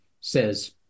says